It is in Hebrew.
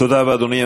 תודה רבה, אדוני.